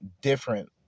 different